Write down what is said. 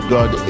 God